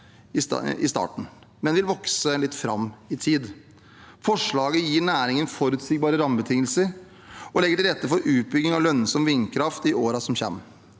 i starten, men vil vokse litt framover i tid. Forslaget gir næringen forutsigbare rammebetingelser og legger til rette for utbygging av lønnsom vindkraft i årene som kommer.